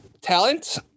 talent